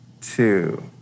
two